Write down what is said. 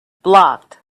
blocked